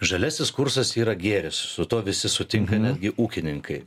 žaliasis kursas yra gėris su tuo visi sutinka netgi ūkininkai